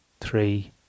three